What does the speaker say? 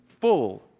full